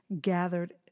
gathered